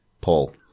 Paul